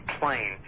plane